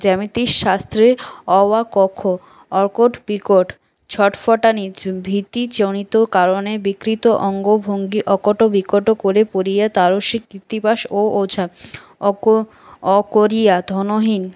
জ্যামিতিক শাস্ত্রে অ আ ক খ অরকট বিকট ছটফটানি ভীতিজনিত কারণে বিকৃত অঙ্গভঙ্গি অকট বিকট করে পড়িয়া তারস্বরে মহর্ষি কৃত্তিবাস ও ওঝা অ করিয়া ধনহীন